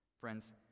Friends